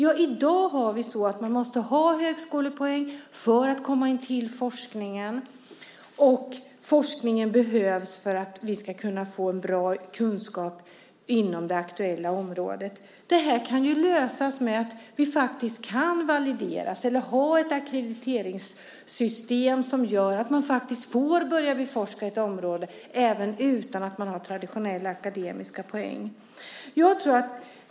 I dag har vi det så att man måste ha högskolepoäng för att kunna forska, och forskningen behövs för att vi ska kunna få en bra kunskap inom det aktuella området. Det kan ju lösas med att vi kan validera eller ha ett ackrediteringssystem som gör att man får börja beforska ett område utan att man har traditionella akademiska poäng.